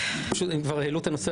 אם כבר העלו את הנושא,